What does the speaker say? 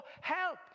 help